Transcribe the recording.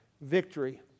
victory